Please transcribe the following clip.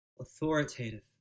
authoritative